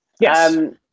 Yes